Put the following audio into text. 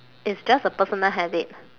it's just a personal habit